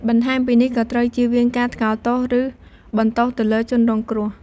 បន្ថែមពីនេះ ក៏ត្រូវជៀសវាងការថ្កោលទោស ឬបន្ទោសទៅលើជនរងគ្រោះ។